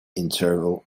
interval